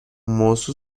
موضوع